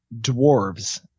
dwarves